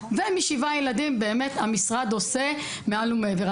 ומשבעה ילדים, באמת, המשרד עושה מעל ומעבר.